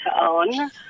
own